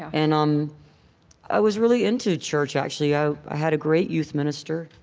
and um i was really into church, actually. i i had a great youth minister,